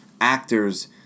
actors